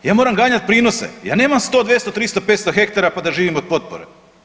Ja moram ganjati prinose, ja nemam 100, 200, 300, 500 hektara pa da živim od potpore.